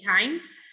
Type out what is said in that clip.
times